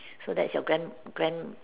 so that's your grand grand